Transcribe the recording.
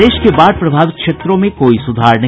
प्रदेश के बाढ़ प्रभावित क्षेत्रों में कोई सुधार नहीं